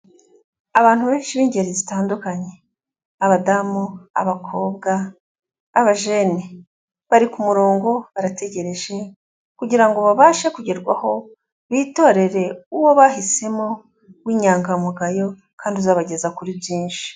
Abantu benshi b'ingeri zitandukanye, abadamu, abakobwa, abajene, bari ku murongo barategereje, kugirango ngo babashe kugerwaho bitorerere uwo bahisemo w'inyangamugayo kandi uzabageza kuri byinshi.